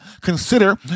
consider